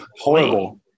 Horrible